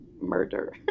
Murder